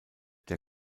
der